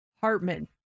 Hartman